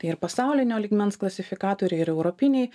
tai ir pasaulinio lygmens klasifikatoriai ir europiniai